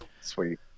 Sweet